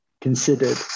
considered